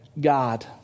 God